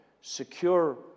secure